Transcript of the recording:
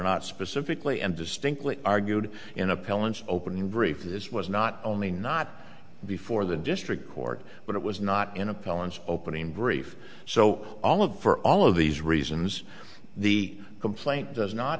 not specifically and distinctly argued in appellants opening brief this was not only not before the district court but it was not in appellants opening brief so all of for all of these reasons the complaint does not